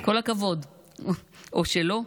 כל הכבוד, או שלא.